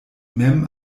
mem